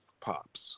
POPs